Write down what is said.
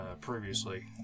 previously